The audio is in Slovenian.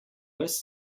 ves